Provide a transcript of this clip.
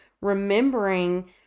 remembering